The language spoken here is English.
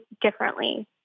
differently